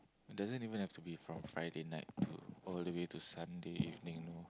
doesn't even have to be from Friday night to all the way to Sunday evening no